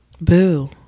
boo